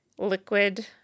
liquid